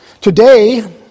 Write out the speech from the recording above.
Today